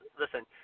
listen